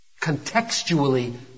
Contextually